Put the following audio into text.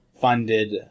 funded